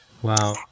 wow